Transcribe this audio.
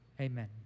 Amen